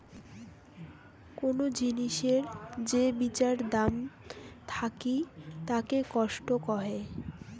কোন জিনিসের যে বিচার দাম থাকিতাকে কস্ট কহে